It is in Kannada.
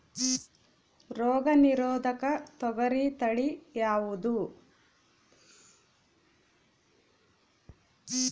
ರೋಗ ನಿರೋಧಕ ತೊಗರಿ ತಳಿ ಯಾವುದು?